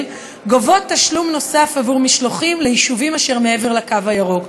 גובות תשלום נוסף עבור משלוחים ליישובים אשר מעבר לקו הירוק.